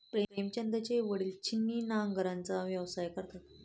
प्रेमचंदचे वडील छिन्नी नांगराचा व्यवसाय करतात